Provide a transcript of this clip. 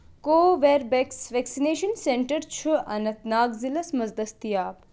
Corbevax vaccination centre چھ Anantnag ضلَس مَنٛز دٔستِیاب